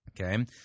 Okay